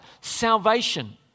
salvation